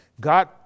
God